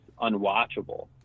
unwatchable